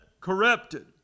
corrupted